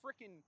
freaking